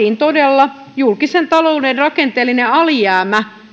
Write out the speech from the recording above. saatiin todella julkisen talouden rakenteellinen alijäämä